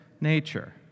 nature